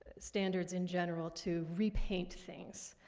standards in general to repaint things.